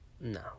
No